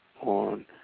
on